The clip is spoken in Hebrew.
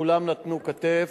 כולם נתנו כתף,